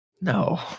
No